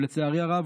ולצערי הרב,